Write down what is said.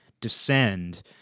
descend